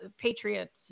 patriots